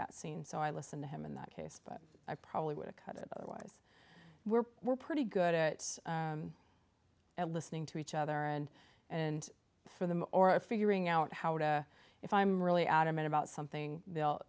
that scene so i listen to him in that case but i probably wouldn't cut it otherwise we're we're pretty good at listening to each other and and for them or at figuring out how to if i'm really adamant about something they'll